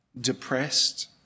depressed